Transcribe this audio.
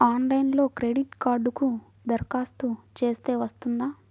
ఆన్లైన్లో క్రెడిట్ కార్డ్కి దరఖాస్తు చేస్తే వస్తుందా?